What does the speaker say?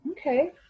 Okay